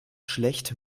schlecht